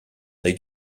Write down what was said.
they